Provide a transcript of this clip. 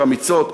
יותר אמיצות?